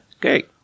Great